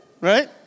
Right